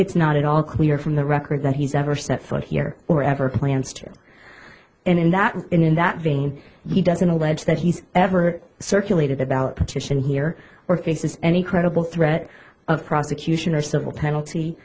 it's not at all clear from the record that he's ever set foot here or ever plans to in that in that vein he doesn't allege that he's ever circulated about tradition here or faces any credible threat of prosecution or civil penalty